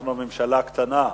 אנחנו ממשלה קטנה.